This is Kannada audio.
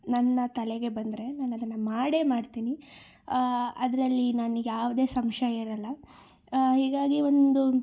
ನನ್ನ ತಲೆಗೆ ಬಂದರೆ ನಾನದನ್ನು ಮಾಡೇ ಮಾಡ್ತೀನಿ ಅದರಲ್ಲಿ ನನ್ಗೆ ಯಾವುದೇ ಸಂಶಯ ಇರಲ್ಲ ಹೀಗಾಗಿ ಒಂದು